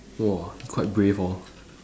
!wah! quite brave hor